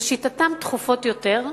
לשיטתם דחופות יותר,